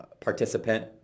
Participant